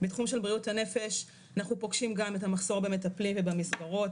בתחום של בריאות הנפש אנחנו פוגשים גם את המחסור במטפלים ובמסגרות,